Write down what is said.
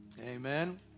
Amen